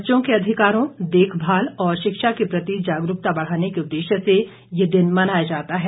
बच्चों के अधिकारों देखभाल और शिक्षा के प्रति जागरूकता बढ़ाने के उद्देश्य से यह दिन मनाया जाता है